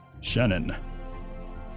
Shannon